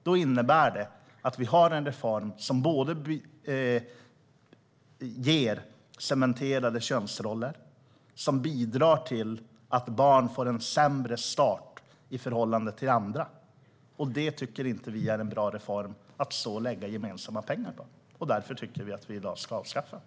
Det innebär att vi har en reform som både ger cementerade könsroller och bidrar till att barn får en sämre start i förhållande till andra. Det tycker inte vi är en bra reform att lägga gemensamma pengar på. Därför tycker vi att vi i dag ska avskaffa den.